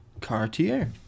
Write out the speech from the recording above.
Cartier